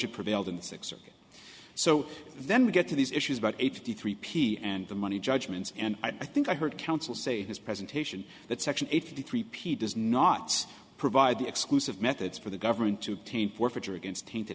it prevailed and six or so then we get to these issues about fifty three p and the money judgments and i think i heard counsel say his presentation that section eight fifty three p does not provide the exclusive methods for the government to obtain forfeiture against tainted